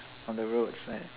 on the roadside